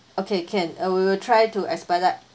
okay can uh we will try to expedite